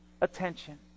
attention